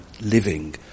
living